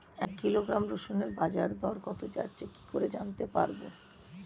এক কিলোগ্রাম রসুনের বাজার দর কত যাচ্ছে কি করে জানতে পারবো?